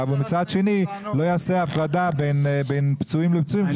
ומצד שני לא יעשה הפרדה בין פצועים לפצועים,